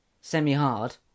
semi-hard